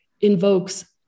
invokes